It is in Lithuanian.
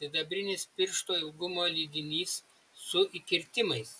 sidabrinis piršto ilgumo lydinys su įkirtimais